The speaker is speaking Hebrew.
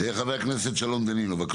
חבר הכנסת שלום דנינו, בבקשה.